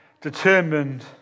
determined